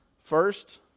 first